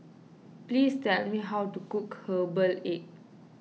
please tell me how to cook Herbal Egg